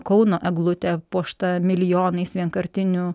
kauno eglutė puošta milijonais vienkartinių